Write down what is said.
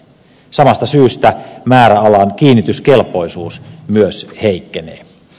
samasta syystä määräalan kiinnityskelpoisuus myös heikkenee